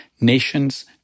nations